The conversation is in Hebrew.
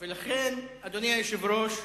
ולכן, אדוני היושב-ראש,